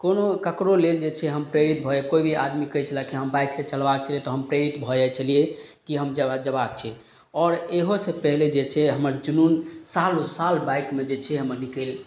कोनो ककरो लेल जे छै हम प्रेरित भऽ कोइ भी आदमी कहय छलय कि हम बाइकसँ चलबाक छलियै तऽ हम प्रेरित भऽ जाइ छलियै कि हम जेबाक छै आओर एहोसँ पहिले जे छै हमर जुनुन सालो साल बाइकमे जे छै हमर निकलि